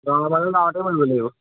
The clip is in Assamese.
গাঁৱৰ মানুহ গাঁৱতে মৰিব লাগিব